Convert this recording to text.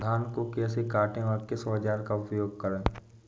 धान को कैसे काटे व किस औजार का उपयोग करें?